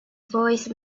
voice